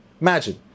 imagine